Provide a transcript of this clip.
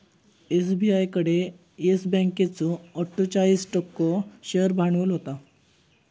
SBI कडे Yes बँकेचो अट्ठोचाळीस टक्को शेअर भांडवल होता